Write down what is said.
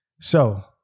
So-